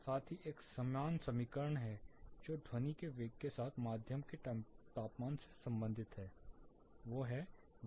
साथ ही एक समान समीकरण है जो ध्वनि के वेग के साथ माध्यम के तापमान से संबंधित है